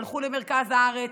הלכו למרכז הארץ.